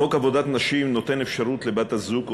חוק עבודת נשים נותן אפשרות לבת-הזוג או